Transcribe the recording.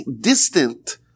distant